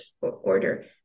order